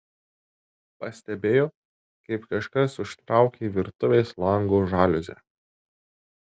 pastebėjo kaip kažkas užtraukė virtuvės lango žaliuzę